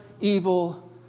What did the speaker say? evil